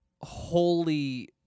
holy